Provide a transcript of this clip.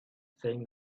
saying